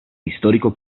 histórico